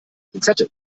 pinzette